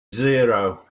zero